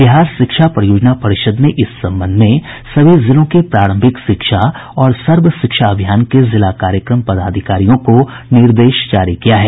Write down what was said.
बिहार शिक्षा परियोजना परिषद ने इस संबंध में सभी जिलों के प्रारंभिक शिक्षा और सर्व शिक्षा अभियान के जिला कार्यक्रम पदाधिकारियों को निर्देश जारी किया है